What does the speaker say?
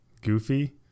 Goofy